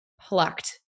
plucked